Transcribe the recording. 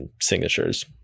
signatures